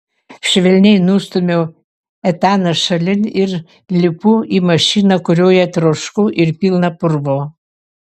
švelniai nustumiu etaną šalin ir lipu į mašiną kurioje trošku ir pilna purvo